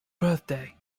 birthday